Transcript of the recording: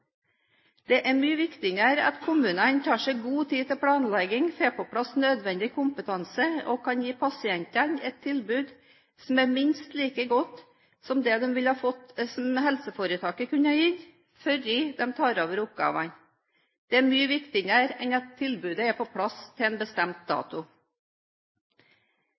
Det er mye viktigere at kommunene tar seg god tid til planlegging, får på plass nødvendig kompetanse og kan gi pasientene et tilbud som er minst like godt som det helseforetaket kan gi, før de tar over oppgavene. Det er mye viktigere enn at tilbudet er på plass til en bestemt dato.